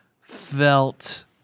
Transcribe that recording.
felt